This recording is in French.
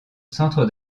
centre